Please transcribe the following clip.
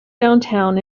downtown